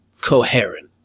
coherent